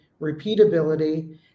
repeatability